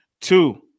Two